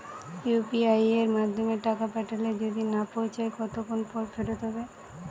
UPI য়ের মাধ্যমে টাকা পাঠালে যদি না পৌছায় কতক্ষন পর ফেরত হবে?